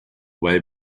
way